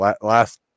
Last